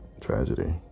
Tragedy